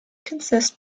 consist